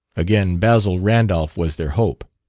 again basil randolph was their hope.